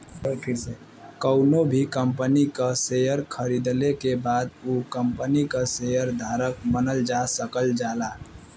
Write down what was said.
कउनो भी कंपनी क शेयर खरीदले के बाद उ कम्पनी क शेयर धारक बनल जा सकल जाला